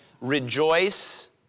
Rejoice